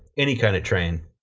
any kind of train,